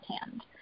hand